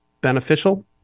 beneficial